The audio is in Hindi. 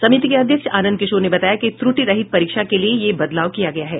समिति के अध्यक्ष आनंद किशोर ने बताया कि त्रुटि रहित परीक्षा के लिए यह बदलाव किया गया है